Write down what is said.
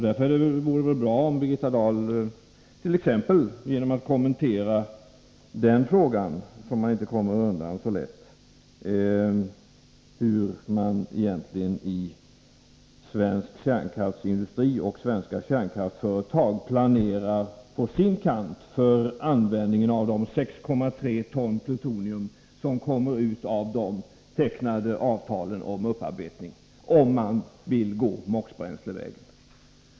Därför vore det bra om Birgitta Dahl ville kommentera frågan — som man inte kommer undan så lätt — hur man egentligen i svensk kärnkraftsindustri och svenska kärnkraftsföretag planerar på sin kant för användningen av de 6,3 ton plutonium som kommer ut av de tecknade avtalen om upparbetning om man vill gå MOX-bränslevägen.